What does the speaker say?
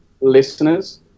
listeners